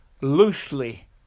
loosely